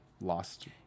Lost